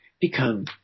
become